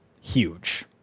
huge